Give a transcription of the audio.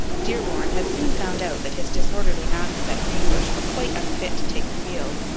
dearborn had soon found out that his disorderly masses at greenbush were quite unfit to take the field.